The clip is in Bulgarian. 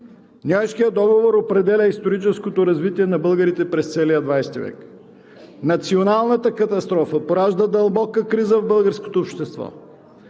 Ньойският договор определя историческото развитие на българите през целия ХХ век. Националната катастрофа поражда дълбока криза в българското общество.